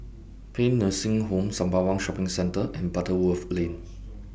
Paean Nursing Home Sembawang Shopping Centre and Butterworth Lane